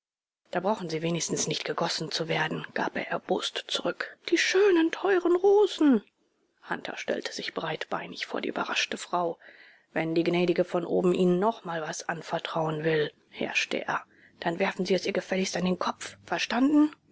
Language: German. da brauchen sie wenigstens nicht gegossen zu werden gab er erbost zurück die schönen teuren rosen hunter stellte sich breitbeinig vor die überraschte frau wenn die gnädige von oben ihnen noch mal was anvertrauen will herrschte er dann werfen sie es ihr gefälligst an den kopf verstanden